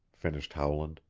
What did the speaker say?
finished howland.